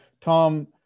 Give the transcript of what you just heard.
Tom